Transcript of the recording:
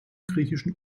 griechischen